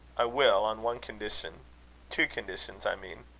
i will, on one condition two conditions, i mean.